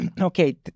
Okay